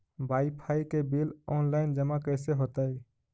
Wifi के bill online जमा कैसे होतै?